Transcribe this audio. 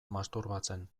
masturbatzen